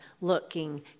looking